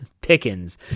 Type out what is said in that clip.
Pickens